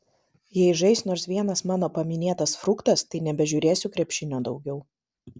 jei žais nors vienas mano paminėtas fruktas tai nebežiūrėsiu krepšinio daugiau